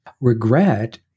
regret